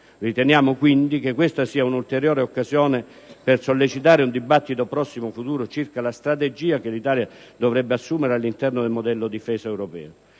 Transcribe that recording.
Riteniamo, quindi, che questa sia un'ulteriore occasione per sollecitare un dibattito prossimo futuro circa la strategia che l'Italia dovrebbe assumere all'interno del modello di difesa europeo.